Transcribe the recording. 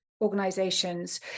organizations